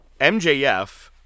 mjf